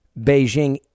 Beijing